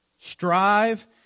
Strive